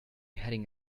heading